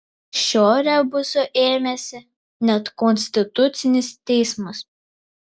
šio rebuso ėmėsi net konstitucinis teismas